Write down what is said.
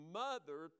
mother